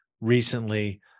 recently